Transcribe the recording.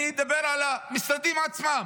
אני מדבר על המשרדים עצמם.